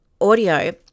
audio